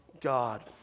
God